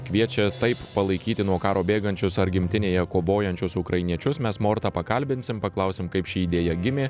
kviečia taip palaikyti nuo karo bėgančius ar gimtinėje kovojančius ukrainiečius mes mortą pakalbinsim paklausim kaip ši idėja gimė